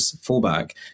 fullback